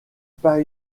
pas